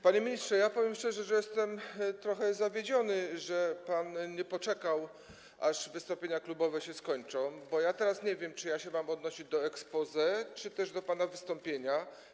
Panie ministrze, ja powiem szczerze, że jestem trochę zawiedziony, że pan nie poczekał, aż wystąpienia klubowe się skończą, bo ja teraz nie wiem, czy mam się odnosić do exposé, czy też do pana wystąpienia.